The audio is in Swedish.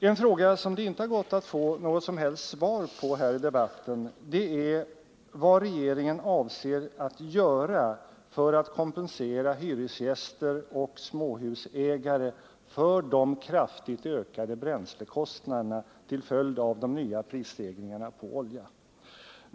En fråga som det inte har gått att få något som helst svar på här i debatten är vad regeringen avser att göra för att kompensera hyresgäster och småhusägare för de kraftigt ökade bränslekostnaderna till följd av de nya prisstegringarna på olja.